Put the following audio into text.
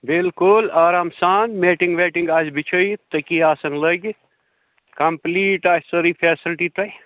بِلکُل آرام سان میٹِنٛگ ویٹِنٛگ آسہِ بِچھٲیِت تٔکی آسَن لٲگِتھ کَمپٕلیٖٹ آسہِ سٲرٕے فیسلٹی تۄہہِ